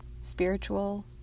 spiritual